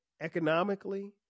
economically